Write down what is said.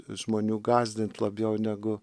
žmonių gąsdint labiau negu